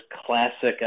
classic